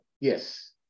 yes